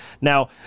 Now